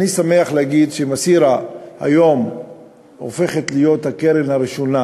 אני שמח להגיד ש"מסירה" היום הופכת להיות הקרן הראשונה